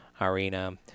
Arena